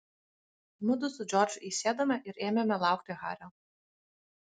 mudu su džordžu įsėdome ir ėmėme laukti hario